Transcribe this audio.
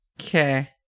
Okay